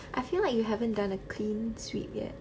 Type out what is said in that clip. I feel like you haven't done a clean sweep yet